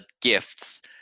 gifts